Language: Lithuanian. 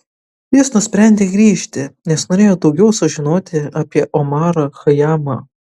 jis nusprendė grįžti nes norėjo daugiau sužinoti apie omarą chajamą